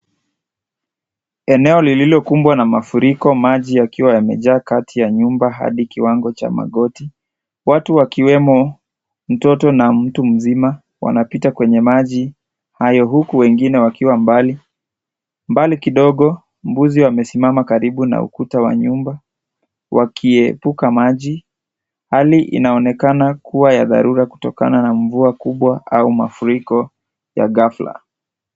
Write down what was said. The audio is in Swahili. Eneo lililokumbwa na mafuriko maji yakiwa yamejaa kati ya nyumba hadi kiwango cha magoti watu wakiwemo mtoto na mtu mzima wanapita kwenye maji hayo huku wengine wakiwa mbali, mbali kidogo mbuzi wamesimama karibu na ukuta wa nyumba wakiepuka maji hali inaonekana kuwa ya dharura kutokana na mvua kubwa au mafuriko ya ghafla.